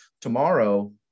tomorrow